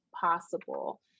possible